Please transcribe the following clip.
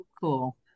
cool